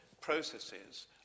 processes